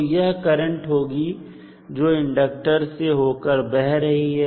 तो यह करंट होगी जो इंडक्टर से होकर बह रही है